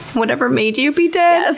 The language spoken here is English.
whatever made you be dead?